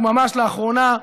וממש לאחרונה,